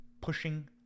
pushing